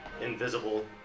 invisible